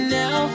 now